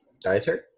Dietary